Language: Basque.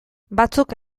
batzuk